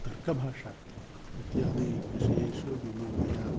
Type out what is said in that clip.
तर्कभाषा इत्यादिविषयेषु मम मया